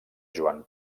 joan